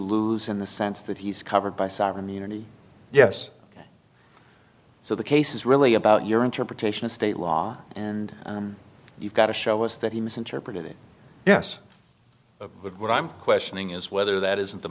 lose in the sense that he's covered by sovereign immunity yes so the case is really about your interpretation of state law and you've got to show us that he misinterpreted it yes but what i'm questioning is whether that is in the